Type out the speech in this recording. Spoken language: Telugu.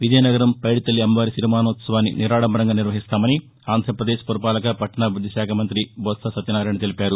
విజయనగరం పైడితల్లి అమ్మవారి సిరిమానోత్సవాన్ని నిరాడంబరంగా నిర్వహిస్తామని ఆంధ్రప్రదేశ్ పురపాలక పట్టణాభివృద్దిశాఖ మంతి బొత్స సత్యనారాయణ తెలిపారు